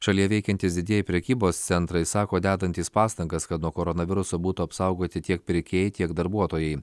šalyje veikiantys didieji prekybos centrai sako dedantys pastangas kad nuo koronaviruso būtų apsaugoti tiek pirkėjai tiek darbuotojai